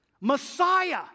Messiah